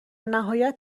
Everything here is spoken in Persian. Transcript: نهایت